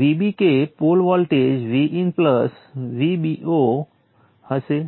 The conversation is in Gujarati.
Vb કે પોલ વોલ્ટેજ Vin Vbo હશે